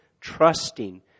trusting